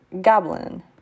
Goblin